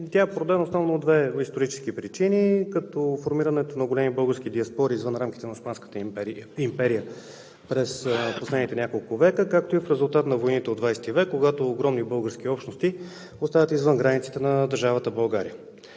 Тя е породена основно от две исторически причини, като формирането на големи български диаспори извън рамките на Османската империя през последните няколко века, както и в резултат на войните от XX век, когато огромни български общности остават извън границите на държавата България.